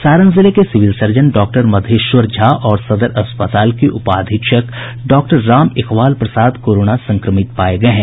सारण जिले के civil surgeon doctor Madheshwar Jha और सदर अस्पताल के उपाधीक्षक डॉक्टर राम इकबाल प्रसाद कोरोना संक्रमित पाये गये हैं